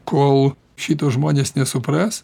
kol šito žmonės nesupras